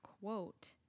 quote